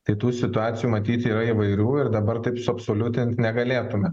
tai tų situacijų matyt yra įvairių ir dabar taip suabsoliutint negalėtume